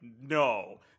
no